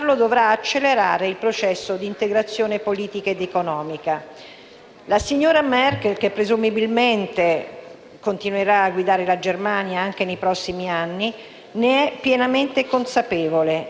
La signora Merkel, che presumibilmente continuerà a guidare la Germania anche nei prossimi anni, ne è pienamente consapevole ed il nuovo corso francese che nasce sotto il segno europeista